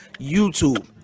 YouTube